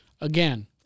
Again